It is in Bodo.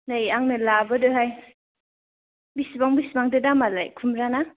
नै आंनो लाबोदोहाय बेसेबां बेसेबांथो दामालाय खुमब्राना